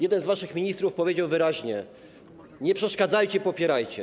Jeden z waszych ministrów powiedział wyraźnie: nie przeszkadzajcie, popierajcie.